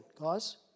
guys